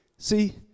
See